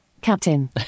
Captain